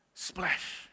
Splash